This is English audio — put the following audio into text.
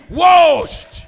washed